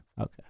Okay